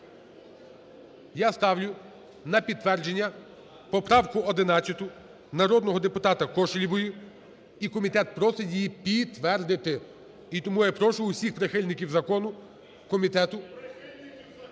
Я ставлю на підтвердження поправку 11 народного депутата Кошелєвої. І комітет просить її підтвердити. І тому я прошу всіх прихильників закону, комітету